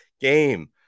game